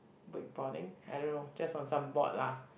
wake boarding I don't know just on some board lah